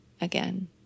again